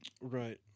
Right